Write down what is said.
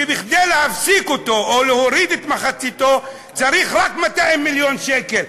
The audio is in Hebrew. שכדי להפסיק אותו או להוריד אותו למחציתו צריך רק 200 מיליון שקל,